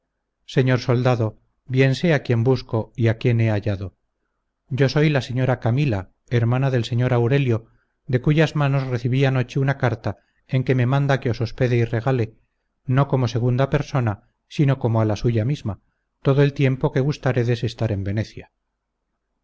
señor soldado bien sé a quién busco y a quién he hallado yo soy la señora camila hermana del señor aurelio de cuyas manos recibí anoche una carta en que me manda que os hospede y regale no como segunda persona sino como a la suya misma todo el tiempo que gustáredes estar en venecia